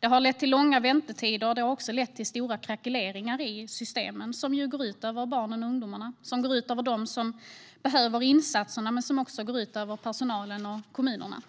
Det har lett till långa väntetider och stora krackeleringar i systemen, vilket går ut över barnen och ungdomarna och de andra som behöver insatserna, men också över personalen och kommunerna.